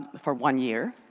for one year.